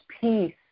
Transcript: peace